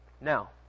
Now